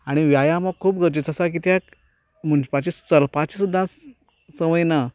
आनी व्यायाम हो खूब गरजेचो आसा की ते म्हणपाची चलपाची सुद्दां संवय ना